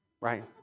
right